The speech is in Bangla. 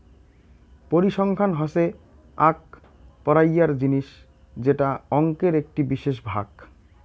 পরিসংখ্যান হসে আক পড়াইয়ার জিনিস যেটা অংকের একটি বিশেষ ভাগ